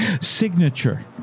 signature